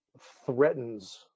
threatens